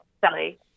Sally